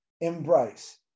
embrace